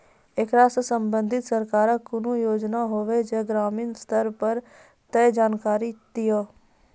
ऐकरा सऽ संबंधित सरकारक कूनू योजना होवे जे ग्रामीण स्तर पर ये तऽ जानकारी दियो?